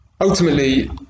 Ultimately